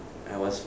I was